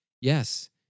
Yes